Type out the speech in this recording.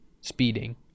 speeding